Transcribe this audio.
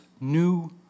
new